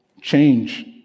Change